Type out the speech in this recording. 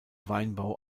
weinbau